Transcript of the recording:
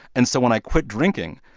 and so when i quit drinking,